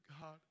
God